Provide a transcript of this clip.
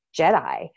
Jedi